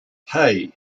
hey